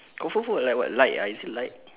comfort food like what light ah is it light